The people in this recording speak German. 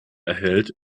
erhält